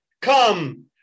come